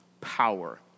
power